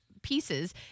Pieces